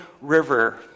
river